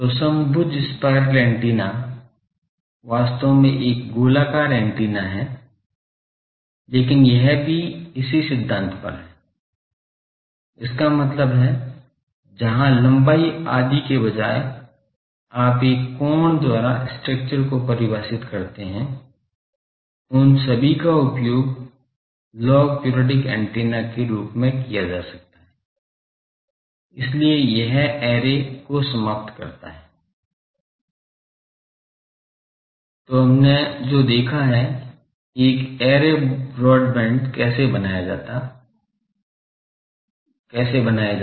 तो समभुज spiral antenna वास्तव में एक गोलाकार एंटीना है लेकिन यह भी इसी सिद्धांत पर है इसका मतलब है जहां लंबाई आदि के बजाय आप एक कोण द्वारा स्ट्रक्चर को परिभाषित करते हैं उन सभी का उपयोग लॉग पीरिऑडिक एंटीना के रूप में किया जा सकता है इसलिए यह ऐरे को समाप्त करता है तो हमने जो देखा है एक ऐरे ब्रॉडबैंड कैसे बनाया जाए